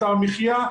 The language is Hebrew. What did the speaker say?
את המחיה.